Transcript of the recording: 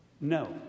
no